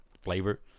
flavor